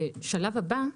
בשלב הבא,